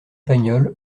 pagnol